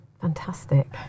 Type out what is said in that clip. fantastic